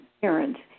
parents